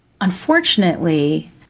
Unfortunately